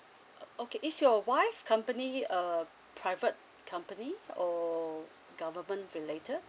ok~ okay is your wife company a private company or government related